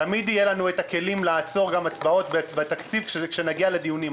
תמיד יהיו לנו את הכלים לעצור הצבעות בתקציב כשנגיע לדיונים.